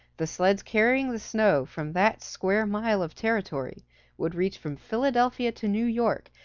the sleds carrying the snow from that square mile of territory would reach from philadelphia to new york,